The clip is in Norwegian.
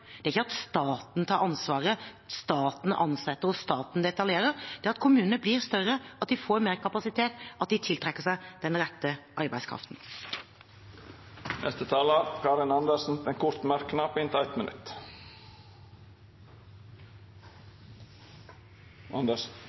er svaret kommunereform – ikke at staten tar ansvaret, staten ansetter og staten detaljerer, men at kommunene blir større, at de får mer kapasitet, at de tiltrekker seg den rette arbeidskraften. Representanten Karin Andersen